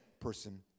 person